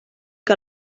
que